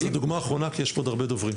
דוגמה אחרונה כי יש פה עוד הרבה דוברים.